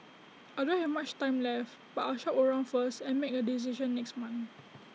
I don't have much time left but I'll shop around first and make A decision next month